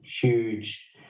huge